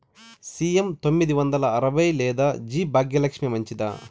CM తొమ్మిది వందల అరవై లేదా జి భాగ్యలక్ష్మి మంచిదా?